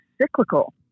cyclical